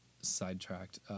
Sidetracked